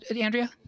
Andrea